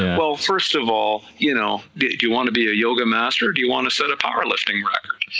will first of all, you know do you want to be a yoga master or do you want to set a powerlifting record,